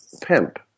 pimp